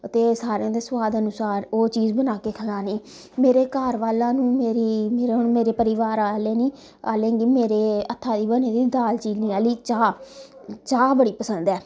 ते सारें दे सोआद अनुसार ओह् चीज़ बना के खलानी मेरे घर बालां नू नेरे परिवार आह्लें गी मेरे हत्था दी बनी दी दाल चीनी आह्ली चाह् चाह् बड़ी पसंद ऐ